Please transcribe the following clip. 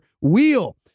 wheel